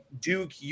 Duke